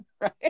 right